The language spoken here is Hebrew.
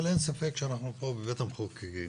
אבל אין ספק שאנחנו פה בבית המחוקקים